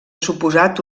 suposat